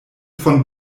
von